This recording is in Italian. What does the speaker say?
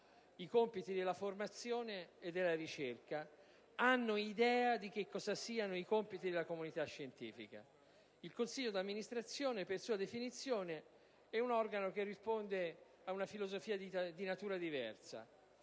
i compiti della formazione e della ricerca e che hanno idea di quali siano i compiti della comunità scientifica. Il consiglio di amministrazione è, per sua definizione, un organo che risponde a una filosofia di natura diversa,